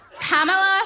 Pamela